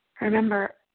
Remember